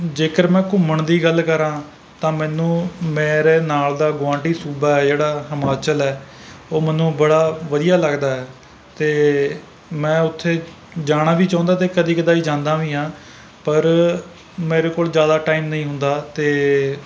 ਜੇਕਰ ਮੈਂ ਘੁੰਮਣ ਦੀ ਗੱਲ ਕਰਾਂ ਤਾਂ ਮੈਨੂੰ ਮੇਰੇ ਨਾਲ ਦਾ ਗੁਆਂਢੀ ਸੂਬਾ ਹੈ ਜਿਹੜਾ ਹਿਮਾਚਲ ਹੈ ਉਹ ਮੈਨੂੰ ਬੜਾ ਵਧੀਆ ਲੱਗਦਾ ਹੈ ਅਤੇ ਮੈਂ ਉੱਥੇ ਜਾਣਾ ਵੀ ਚਾਹੁੰਦਾ ਅਤੇ ਕਦੀ ਕਦਾਈਂ ਜਾਂਦਾ ਵੀ ਹਾਂ ਪਰ ਮੇਰੇ ਕੋਲ ਜ਼ਿਆਦਾ ਟਾਈਮ ਨਹੀਂ ਹੁੰਦਾ ਅਤੇ